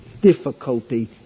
difficulty